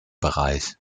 bereich